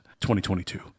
2022